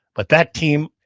but that team,